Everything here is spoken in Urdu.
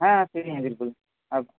ہاں فری ہیں بالکل اب